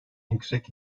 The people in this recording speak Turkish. yüksek